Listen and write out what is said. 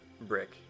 Brick